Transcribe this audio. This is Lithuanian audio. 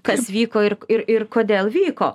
kas vyko ir ir ir kodėl vyko